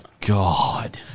God